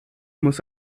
muss